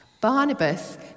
Barnabas